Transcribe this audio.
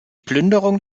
plünderung